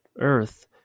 earth